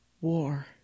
War